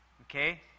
Okay